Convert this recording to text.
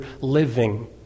living